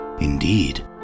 Indeed